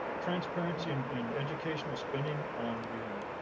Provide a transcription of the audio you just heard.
transparency and and educational spending on the